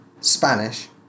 Spanish